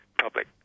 public